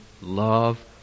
love